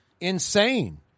Insane